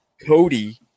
Cody